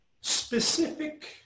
specific